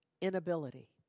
inability